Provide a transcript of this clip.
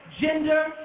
gender